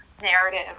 narrative